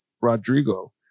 Rodrigo